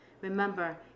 Remember